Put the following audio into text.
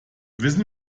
wissen